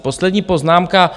Poslední poznámka.